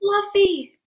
Fluffy